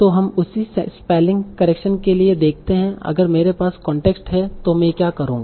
तो हम उसी स्पेल्लिंग करेक्शन के लिए देखते हैं अगर मेरे पास कॉन्टेक्स्ट है तो मैं क्या करूंगा